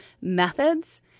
methods